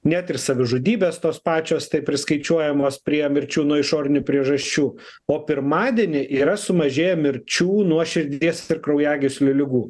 net ir savižudybės tos pačios taip priskaičiuojamos prie mirčių nuo išorinių priežasčių o pirmadienį yra sumažėję mirčių nuo širdies ir kraujagyslių ligų